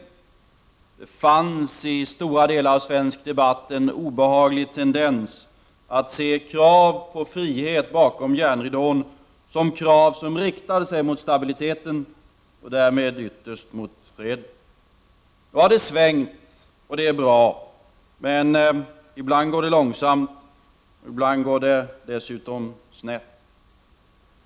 Det fanns i stora delar av svensk debatt också en obehaglig tendens att se krav på frihet bakom järnridån som krav som riktade sig mot stabiliteten och därmed ytterst mot freden. Nu har det svängt, och det är bra. Men ibland går det långsamt, och ibland går det dessutom snett.